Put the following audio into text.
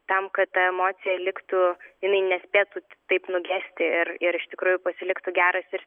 tam kad ta emocija liktų jinai nespėtų taip nugesti ir ir iš tikrųjų pasiliktų geras ir